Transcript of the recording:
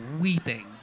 weeping